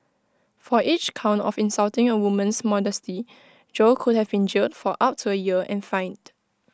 for each count of insulting A woman's modesty Jo could have been jailed for up to A year and fined